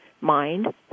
mind